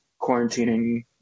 quarantining